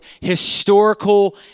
historical